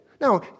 Now